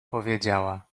powiedziała